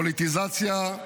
פוליטיזציה,